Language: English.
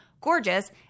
gorgeous